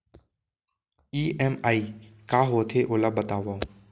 EMI का होथे, ओला बतावव